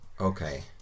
okay